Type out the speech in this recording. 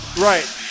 right